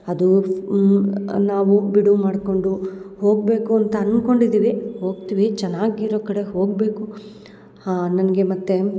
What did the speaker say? ಅದು ನಾವು ಬಿಡುವು ಮಾಡ್ಕೊಂಡು ಹೋಗಬೇಕು ಅಂತ ಅನ್ಕೊಂಡು ಇದ್ದೀವಿ ಹೋಗ್ತೀವಿ ಚೆನ್ನಾಗಿ ಇರೋ ಕಡೆ ಹೋಗಬೇಕು ಹಾಂ ನನಗೆ ಮತ್ತು